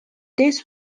this